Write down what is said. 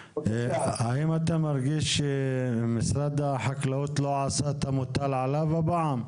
האם אתה מרגיש שמשרד החקלאות לא עשה את המוטל עליו הפעם?